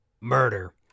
murder